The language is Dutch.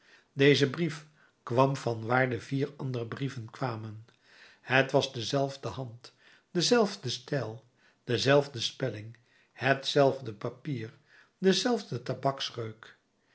deze brief kwam van waar de vier andere brieven kwamen het was dezelfde hand dezelfde stijl dezelfde spelling hetzelfde papier dezelfde